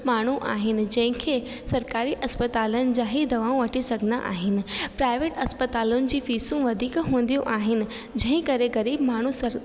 माण्हू आहिनि जंहिंखे सरकारी अस्पतालन जा ही दवाऊं वठी सघंदा आहिनि प्राइवेट अस्पतालुनि जी फीसूं वधीक हूंदियूं आहिनि जंहिं करे ग़रीब माण्हू सर